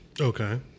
okay